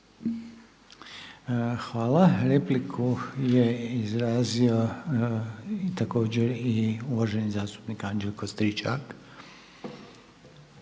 Hvala. Repliku je izrazio također i uvaženi zastupnik Anđelko Stričak.